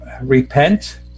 repent